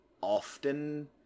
often